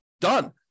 Done